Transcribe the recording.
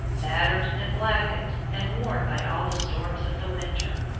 battered and blackened and worn by all the storms of the winter.